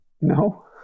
No